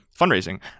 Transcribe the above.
fundraising